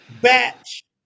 batch